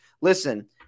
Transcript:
listen